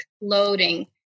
loading